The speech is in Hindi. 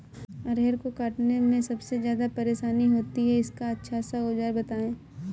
अरहर को काटने में सबसे ज्यादा परेशानी होती है इसका अच्छा सा औजार बताएं?